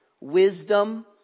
wisdom